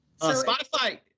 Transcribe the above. Spotify